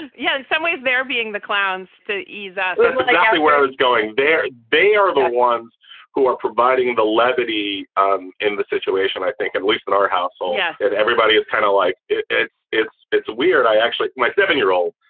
and yeah. in some ways they're being the clowns to ease and that's exactly what i was going there. they are the ones who are providing the levity um in the situation. i think at least in our household yeah that everybody is kind of like it's it's it's weird. i actually my seven year old,